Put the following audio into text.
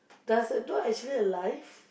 does the doll actually alive